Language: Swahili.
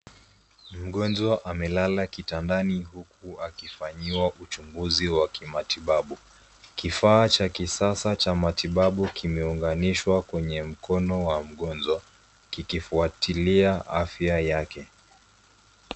Mgonjwa amelala kitandani huku akifanyiwa uchunguzi wa kimatibabu. Kifaa cha kisasa cha matibabu kimeunganishwa kwenye mkono wa mgonjwa kikifuatilia afya yake.